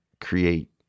create